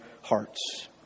hearts